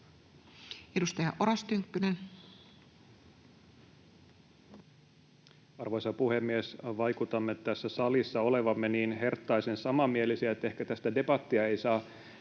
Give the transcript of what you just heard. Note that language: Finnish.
Time: 18:07 Content: Arvoisa puhemies! Vaikutamme tässä salissa olevan niin herttaisen samanmielisiä, että ehkä tästä debattia ei saa